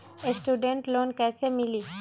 Student loan कैसे मिली?